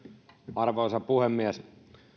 arvoisa puhemies